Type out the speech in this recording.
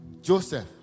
joseph